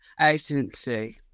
agency